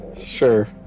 Sure